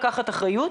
לקחת אחריות.